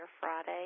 Friday